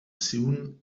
soon